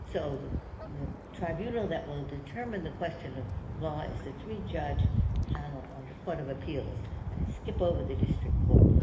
so the the tribunal that will determine the question of law is the three-judge panel on the court of appeals and it skipped over the district court.